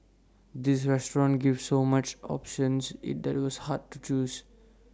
the restaurant gave so many choices that IT was hard to choose